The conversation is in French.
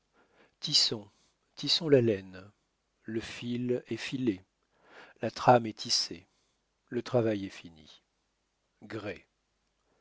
xvii tissons tissons la laine le fil est filé la trame est tissée le travail est fini gray